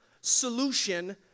solution